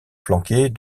flanquée